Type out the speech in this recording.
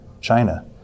China